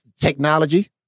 technology